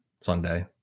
Sunday